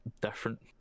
different